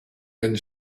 and